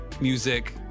music